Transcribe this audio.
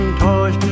toys